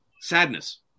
sadness